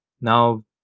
Now